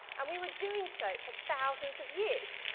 and we were doing so for thousands of years,